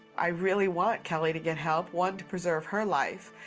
i really want kelly to get help, one, to preserve her life,